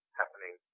happening